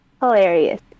hilarious